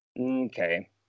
Okay